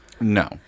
no